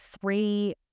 three